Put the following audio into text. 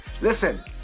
Listen